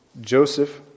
Joseph